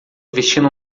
vestindo